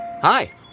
Hi